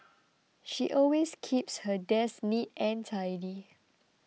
she always keeps her desk neat and tidy